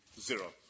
zero